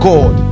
God